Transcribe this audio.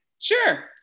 sure